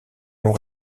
noms